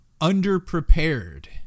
underprepared